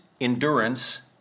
endurance